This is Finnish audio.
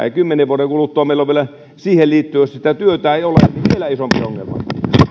ja kymmenen vuoden kuluttua meillä on siihen liittyen jos sitä työtä ei ole vielä isompi ongelma